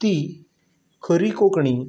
ती खरी कोंकणी